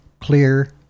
clear